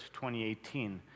2018